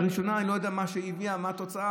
הראשונה, אני לא יודע מה היא הביאה, מה התוצאה,